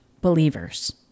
believers